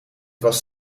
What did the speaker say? was